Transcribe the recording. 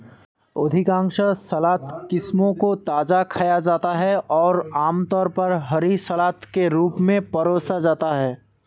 अधिकांश सलाद किस्मों को ताजा खाया जाता है और आमतौर पर हरी सलाद के रूप में परोसा जाता है